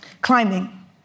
climbing